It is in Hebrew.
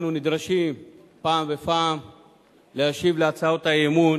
אנחנו נדרשים מפעם לפעם להשיב על הצעות האי-אמון,